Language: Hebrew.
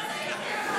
לאזרחי מדינת ישראל.